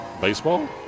Baseball